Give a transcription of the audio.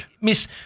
Miss